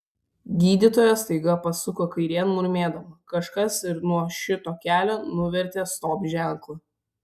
gydytoja staiga pasuko kairėn murmėdama kažkas ir nuo šito kelio nuvertė stop ženklą